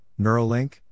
Neuralink